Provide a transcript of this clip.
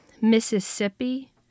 Mississippi